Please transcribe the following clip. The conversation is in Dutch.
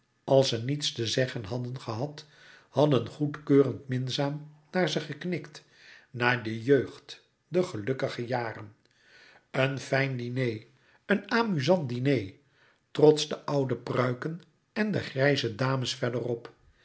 als ze niets te zeggen hadden gehad hadden goedkeurend minzaam naar ze geknikt naar de jeugd de gelukkige jaren een fijn diner een amuzant diner trots de oude pruiken en de grijze dames verderop